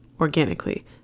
organically